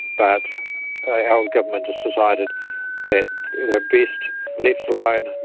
but our government has decided that they're best left alone,